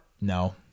No